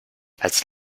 als